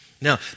Now